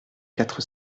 quatre